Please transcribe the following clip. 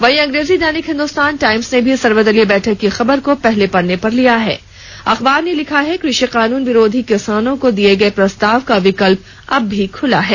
वहीं अंग्रेजी दैनिक हिन्दुस्तान टाईम्स ने भी सर्वदलीय बैठक की खबर को पहले पन्ने पर लिया है अखबार ने लिखा है कृषि कानून विरोधी किसानों को दिये गए प्रस्ताव का विकल्प अभी भी खुला है